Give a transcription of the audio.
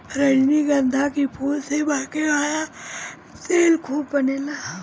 रजनीगंधा के फूल से महके वाला तेल खूब बनेला